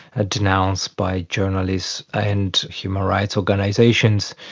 ah denounced by journalists and human rights organisations.